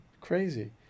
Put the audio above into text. crazy